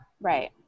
Right